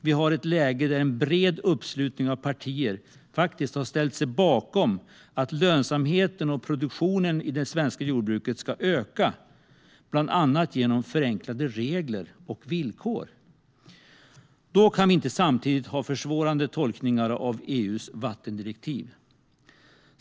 Vi har ett läge där en bred uppslutning av partier faktiskt har ställt sig bakom att lönsamheten och produktionen i det svenska jordbruket ska öka, bland annat genom förenklade regler och villkor. Då kan vi inte samtidigt ha försvårande tolkningar av EU:s vattendirektiv.